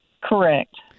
Correct